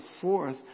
fourth